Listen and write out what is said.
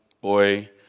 boy